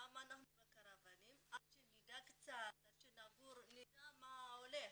למה אנחנו בקרוואנים, שנדע קצת מה הולך.